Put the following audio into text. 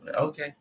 okay